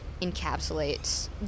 encapsulates